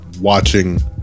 watching